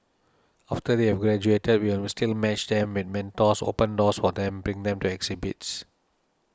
after they have graduated we still match them with mentors open doors for them bring them to exhibits